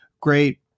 Great